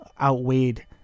outweighed